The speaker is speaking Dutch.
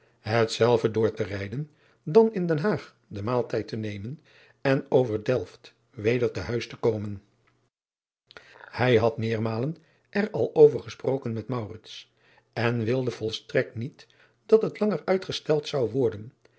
hetzelve door te rijden dan in den aag den maaltijd te nemen en over elft weder te huis te komen ij had meermalen er al over gesproken met en wilde volstrekt niet dat het langer uitgesteld zou worden